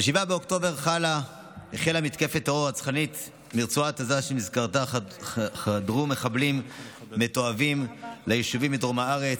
הסעיף הבא על סדר-היום: הצעת חוק חינוך מיוחד (הוראת שעה,